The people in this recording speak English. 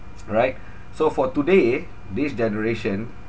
alright so for today this generation